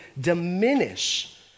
diminish